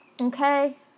Okay